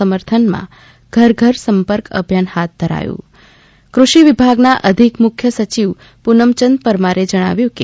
સમર્થનમાં ઘર ઘર સંપર્ક અભિયાન હાથ ધરાયું કૃષિ વિભાગના અધિક મુખ્ય સચિવ પુનમચંદ પરમાર જણાવ્યું કે